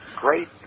great